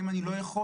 האם אני לא יכול?